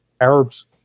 Arabs